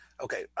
Okay